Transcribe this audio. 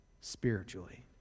spiritually